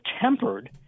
tempered